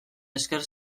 esker